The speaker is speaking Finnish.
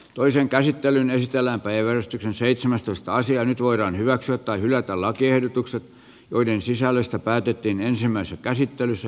toisen käsittelyn esitellään päivän seitsemästoista sija nyt voidaan hyväksyä tai hylätä lakiehdotukset joiden sisällöstä päätettiin ensimmäisessä käsittelyssä